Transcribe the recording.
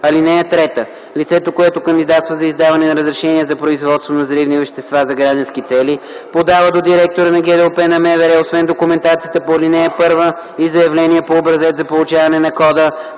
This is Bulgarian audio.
(3) Лицето, което кандидатства за издаване на разрешение за производство на взривни вещества за граждански цели, подава до директора на ГДОП на МВР, освен документацията по ал. 1, и заявление по образец за получаване на кода